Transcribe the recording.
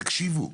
תקשיבו: